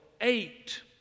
eight